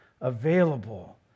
available